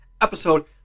episode